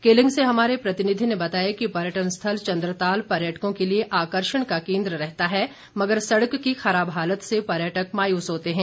केलंग से हमारे प्रतिनिधि ने बताया कि पर्यटन स्थल चंद्रताल पर्यटकों के लिए आकर्षण का केंद्र रहता है मगर सड़क की खराब हालत से पर्यटक मायूस होते हैं